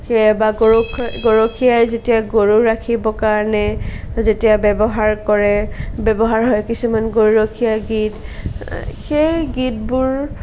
সেয়া বা গৰখীয়াই যেতিয়া গৰু ৰাখিবৰ কাৰণে যেতিয়া ব্যৱহাৰ কৰে ব্যৱহাৰ হয় কিছুমান গৰুৰখীয়া গীত সেই গীতবোৰ